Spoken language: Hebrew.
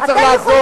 אתה צריך לעזור לי,